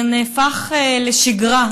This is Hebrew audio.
זה נהפך לשגרה,